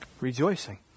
Rejoicing